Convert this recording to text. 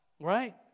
right